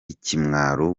ikimwaro